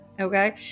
Okay